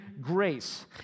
grace